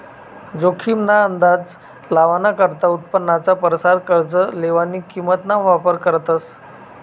जोखीम ना अंदाज लावाना करता उत्पन्नाना परसार कर्ज लेवानी किंमत ना वापर करतस